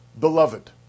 beloved